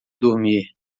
dormir